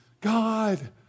God